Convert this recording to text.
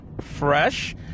fresh